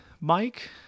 Mike